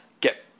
get